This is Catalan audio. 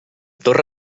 torre